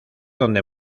donde